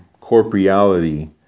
corporeality